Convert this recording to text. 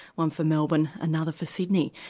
one for melbourne another for sydney.